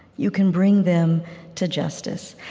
you can bring them to justice.